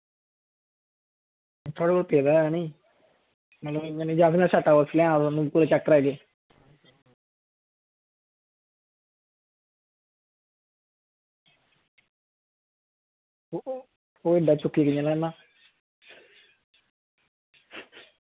थोआढ़े कोल पेदा ऐ निं मतलब जां फिर सैटअपबाक्स लेआं ओह् तोआनू चैक्क करवाई देआ ओह् एड्डा चुक्कियै कि'यां कि'यां लेआना